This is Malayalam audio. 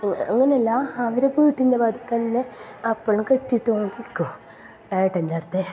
അങ്ങനെ അല്ല അവർ വീട്ടിന്റെ വാതിക്കന്നെ എപ്പോളും കെട്ടിയിട്ടോണ്ടിരിക്കും എട്ടന്റെ ആടത്തെ